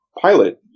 pilot